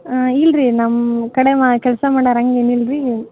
ಹಾಂ ಇಲ್ಲ ರೀ ನಮ್ಮ ಕಡೆ ಮಾ ಕೆಲಸ ಮಾಡೋರು ಹಂಗೇನ್ ಇಲ್ಲ ರೀ